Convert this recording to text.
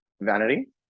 Vanity